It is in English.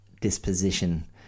disposition